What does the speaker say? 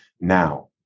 Now